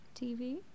tv